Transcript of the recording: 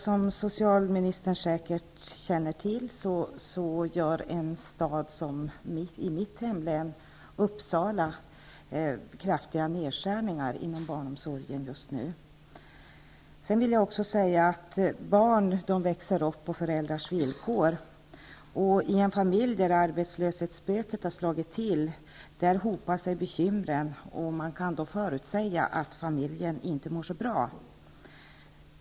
Som socialministern säkert känner till gör man i en stad i mitt hemlän, i Uppsala, kraftiga nedskärningar inom barnomsorgen just nu. Barn växer upp på föräldrars villkor. I en familj där arbetslöshetsspöket har slagit till hopar sig bekymren, och man kan förutsäga att familjen inte mår så bra.